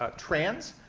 ah trans,